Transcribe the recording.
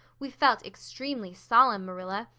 we felt extremely solemn, marilla.